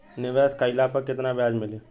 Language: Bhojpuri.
निवेश काइला पर कितना ब्याज मिली?